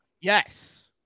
Yes